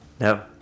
No